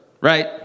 right